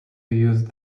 used